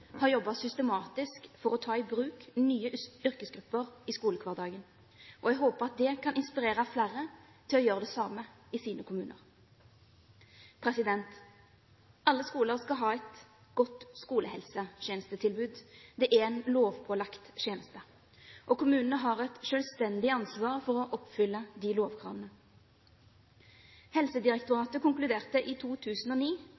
har jobbet systematisk for å ta i bruk nye yrkesgrupper i skolehverdagen. Jeg håper at det kan inspirere flere til å gjøre det samme i sine kommuner. Alle skoler skal ha et godt skolehelsetjenestetilbud. Det er en lovpålagt tjeneste. Kommunene har et selvstendig ansvar for å oppfylle de lovkravene.